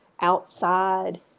outside